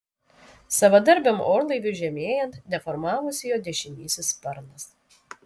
savadarbiam orlaiviui žemėjant deformavosi jo dešinysis sparnas